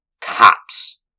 Tops